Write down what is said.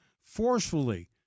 forcefully